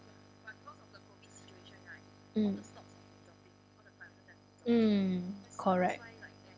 mm mm correct